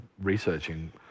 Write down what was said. researching